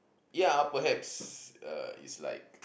ya perhaps uh is like